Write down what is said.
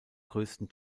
größten